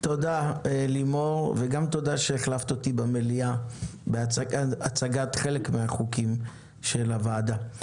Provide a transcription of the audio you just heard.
תודה לימור וגם תודה שהחלפת אותי במליאה בהצגת חלק מהחוקים של הוועדה.